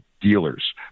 dealers